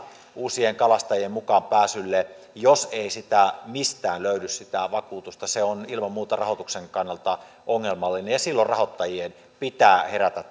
uusien kalastajien mukaan pääsylle jos ei mistään löydy sitä vakuutusta se on ilman muuta rahoituksen kannalta ongelmallista ja silloin rahoittajien pitää herätä